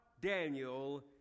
Daniel